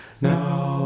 Now